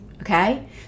okay